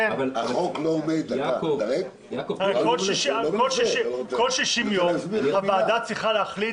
כל 60 יום הוועדה צריכה להחליט,